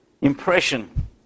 impression